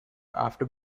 after